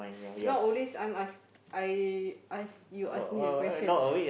not always I'm ask I ask you ask me the question